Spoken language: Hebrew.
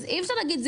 אז אי אפשר להגיד,